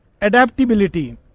adaptability